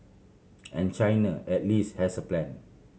and China at least has a plan